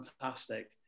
fantastic